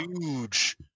huge